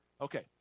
Okay